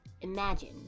imagine